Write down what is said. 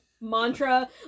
mantra